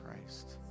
Christ